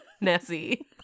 Nessie